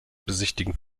besichtigen